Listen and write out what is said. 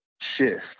shift